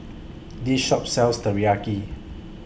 This Shop sells Teriyaki